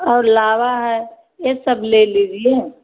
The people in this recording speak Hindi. और लावा है ये सब ले लीजिए